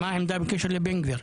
מה העמדה בקשר לבן גביר?